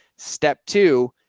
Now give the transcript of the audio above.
step two.